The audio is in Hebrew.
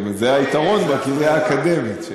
זה היתרון בקריה האקדמית.